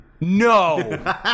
No